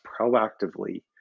proactively